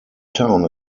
town